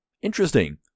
interesting